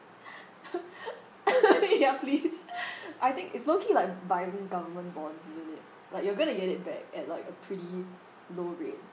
ya please I think it's low key like buying government bonds isn't it like you're going to get it back at like a pretty low rate